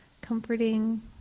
comforting